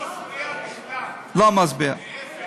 לא מפריע בכלל, להפך.